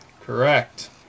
Correct